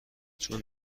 چون